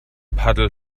paddel